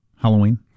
Halloween